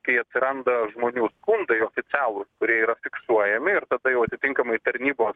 kai atsiranda žmonių skundai oficialūs kurie yra fiksuojami ir tada jau atitinkamai tarnybos